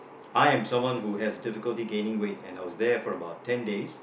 I am someone who has difficulty gaining weight and I was there for about ten days